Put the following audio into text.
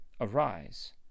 Arise